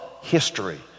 history